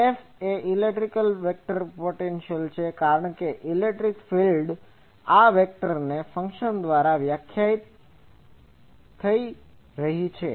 F એ electric vector potential છે કારણ કે ઇલેક્ટ્રિક ફીલ્ડ આ વેક્ટર ફંકશન દ્વારા વ્યાખ્યાયિત થઈ રહી છે